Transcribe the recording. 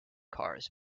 cars